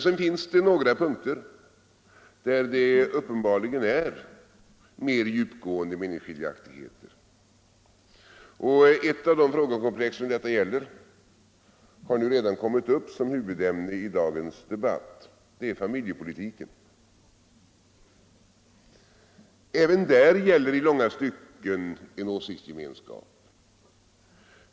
Men på några punkter finns det uppenbarligen mer djupgående meningsskiljaktigheter. Ett av de frågekomplex som detta gäller har redan kommit upp som huvudämne i dagens debatt — det är familjepolitiken. Även där finns i långa stycken åsiktsgemenskap.